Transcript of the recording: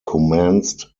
commenced